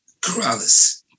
Corrales